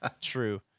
true